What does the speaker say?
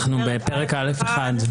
בפרק א'1.